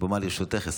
הבמה לרשותך.